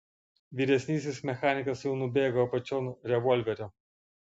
vyresnysis mechanikas jau nubėgo apačion revolverio